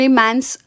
man's